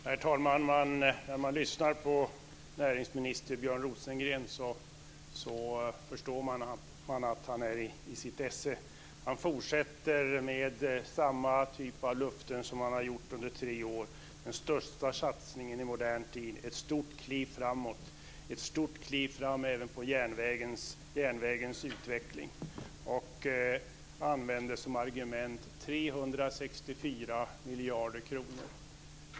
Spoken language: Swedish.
Herr talman! När man lyssnar på näringsminister Björn Rosengren förstår man att han är i sitt esse. Han fortsätter med samma typ av löften som han har gjort under tre år - den största satsningen i modern tid, ett stort kliv framåt, ett stort kliv framåt även för järnvägens utveckling - och använder som argument 364 miljarder kronor.